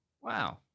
Wow